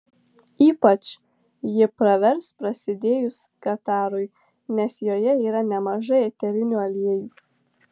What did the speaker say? ypač ji pravers prasidėjus katarui nes joje yra nemažai eterinių aliejų